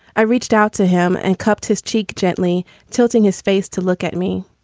i reached out to him and cupped his cheek, gently tilting his face to look at me.